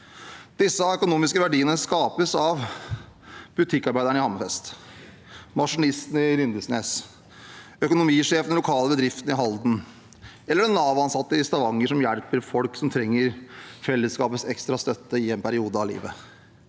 Disse økonomiske verdiene skapes av butikkarbeideren i Hammerfest, maskinisten i Lindesnes, økonomisjefen i den lokale bedriften i Halden og den NAV-ansatte i Stavanger som hjelper folk som trenger fellesskapets ekstra støtte i en periode av livet.